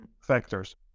factors